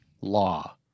law